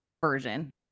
version